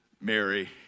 Mary